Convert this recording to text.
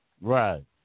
Right